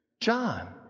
John